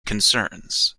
concerns